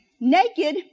Naked